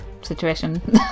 situation